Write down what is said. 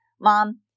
Mom